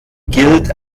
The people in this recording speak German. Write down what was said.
gilt